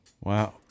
wow